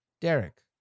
Derek